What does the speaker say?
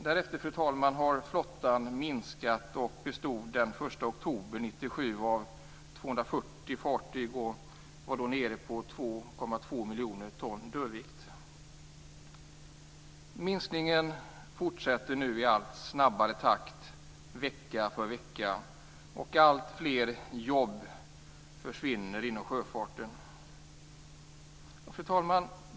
Därefter har flottan minskat och bestod den 1 oktober 1997 av 240 Minskningen fortsätter nu i allt snabbare takt vecka för vecka, och alltfler jobb inom sjöfarten försvinner. Fru talman!